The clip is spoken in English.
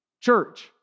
church